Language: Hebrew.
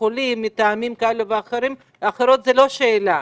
חולים מטעמים כאלה ואחרים - זו לא שאלה.